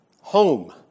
Home